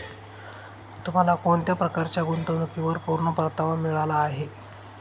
तुम्हाला कोणत्या प्रकारच्या गुंतवणुकीवर पूर्ण परतावा मिळाला आहे